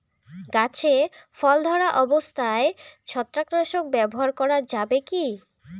গাছে ফল ধরা অবস্থায় ছত্রাকনাশক ব্যবহার করা যাবে কী?